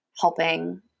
helping